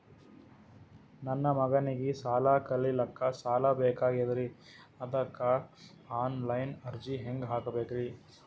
ನನ್ನ ಮಗನಿಗಿ ಸಾಲಿ ಕಲಿಲಕ್ಕ ಸಾಲ ಬೇಕಾಗ್ಯದ್ರಿ ಅದಕ್ಕ ಆನ್ ಲೈನ್ ಅರ್ಜಿ ಹೆಂಗ ಹಾಕಬೇಕ್ರಿ?